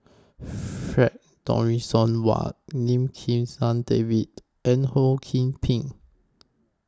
Frank Dorrington Ward Lim Kim San David and Ho SOU Ping